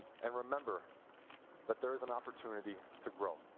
and remember that there's an opportunity to grow.